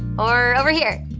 or over here.